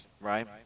right